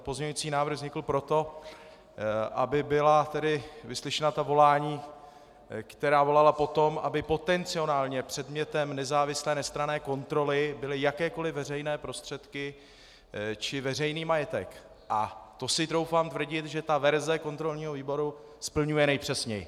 Pozměňovací návrh vznikl proto, aby byla vyslyšena volání, která volala po tom, aby potenciálně předmětem nezávislé, nestranné kontroly byly jakékoliv veřejné prostředky či veřejný majetek, a to si troufám tvrdit, že verze kontrolního výboru splňuje nejpřesněji.